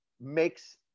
makes –